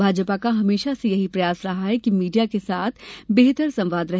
भाजपा का हमेशा से यही प्रयास रहा है कि मीडिया के साथ बेहतर संवाद रहे